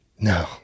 No